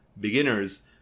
beginners